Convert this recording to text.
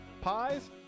pies